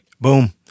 Boom